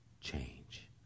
change